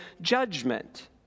judgment